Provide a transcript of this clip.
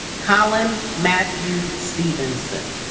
collin matthew stevenson